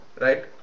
Right